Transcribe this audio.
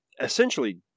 essentially